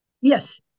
yes